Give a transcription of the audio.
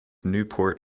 newport